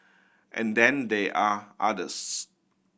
and then they are others